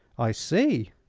i see.